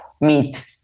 meet